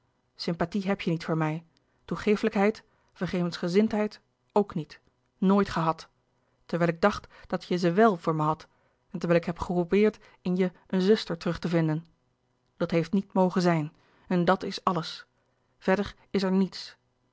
sympathie heb je niet voor mij toegeeflijkheid vergevensgezindheid ook niet nooit gehad terwijl ik dacht dat je ze wèl voor mij had en terwijl ik heb geprobeerd in je een zuster terug te vinden dat heeft niet mogen zijn en dat is alles verder is er niets